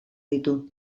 ditu